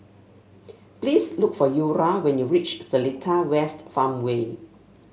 please look for Eura when you reach Seletar West Farmway